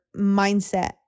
mindset